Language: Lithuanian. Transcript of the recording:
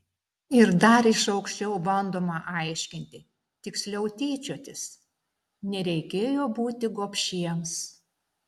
ir dar iš aukščiau bandoma aiškinti tiksliau tyčiotis nereikėjo būti gobšiems